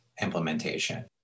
implementation